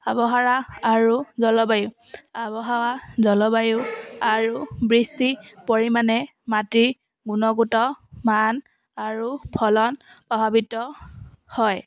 আৱহাৱা আৰু জলবায়ু আৱহাৱা জলবায়ু আৰু বৃষ্টি পৰিমাণে মাটিৰ গুণগত মান আৰু ফলন প্ৰভাৱিত হয়